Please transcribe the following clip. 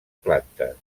plantes